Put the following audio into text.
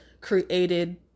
created